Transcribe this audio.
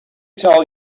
tell